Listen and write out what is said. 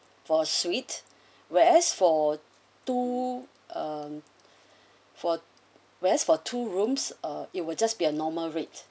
for suite whereas for two um for whereas for two rooms uh it will just be a normal rate